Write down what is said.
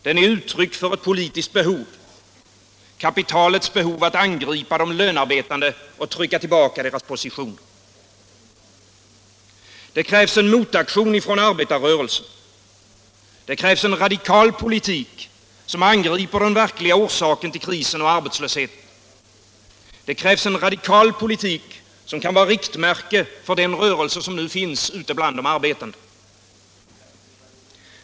Den är uttryck för ett politiskt behov: kapitalets behov att angripa de lönearbetande och trycka tillbaka deras positioner. Det krävs en motaktion från arbetarrörelsen. Det krävs en radikal politik som angriper den verkliga orsaken till krisen och arbetslösheten. Det krävs en radikal politik som kan vara riktmärke för den rörelse som nu finns bland de arbetande.